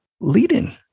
leading